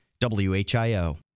WHIO